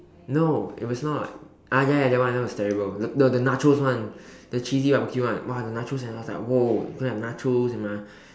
no it was not ah ya ya that one that one was terrible no the the nachos one the cheesy barbeque one !wah! the nachos and I was like !whoa! gonna nachos in my